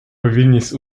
повільність